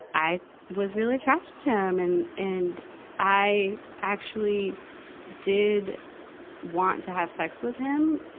i was really attracted to him. and, and i actually did want to have sex with him.